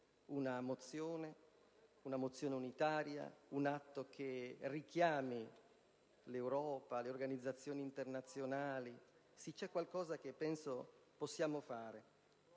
momento, una mozione unitaria, un atto che richiami l'Europa e le organizzazioni internazionali. Sì, c'è qualcosa che penso possiamo fare: